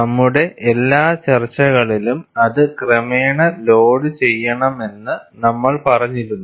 നമ്മുടെ എല്ലാ ചർച്ചകളിലും അത് ക്രമേണ ലോഡുചെയ്യണമെന്ന് നമ്മൾ പറഞ്ഞിരുന്നു